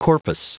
Corpus